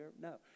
No